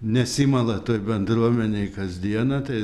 nesimala toj bendruomenėj kas dieną tai